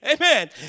Amen